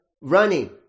running